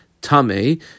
tame